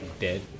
Dead